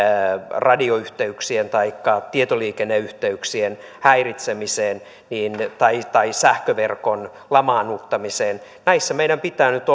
radioyhteyksien taikka tietoliikenneyhteyksien häiritsemiseen tai tai sähköverkon lamaannuttamiseen näissä meidän pitää nyt